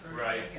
Right